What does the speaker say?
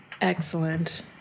Excellent